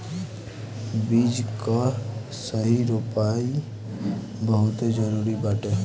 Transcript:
बीज कअ सही रोपाई बहुते जरुरी बाटे